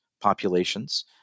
populations